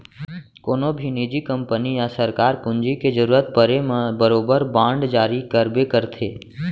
कोनों भी निजी कंपनी या सरकार पूंजी के जरूरत परे म बरोबर बांड जारी करबे करथे